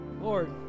lord